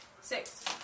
Six